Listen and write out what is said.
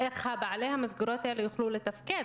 איך בעלי המסגרות האלה יוכלו לתפקד,